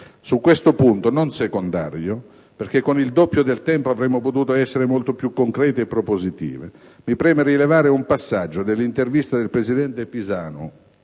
Su questo punto - non secondario, perché con il doppio del tempo avremmo potuto essere molto più concreti e propositivi - mi preme rilevare un passaggio dell'intervista del presidente Pisanu